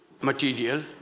material